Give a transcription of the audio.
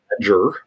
ledger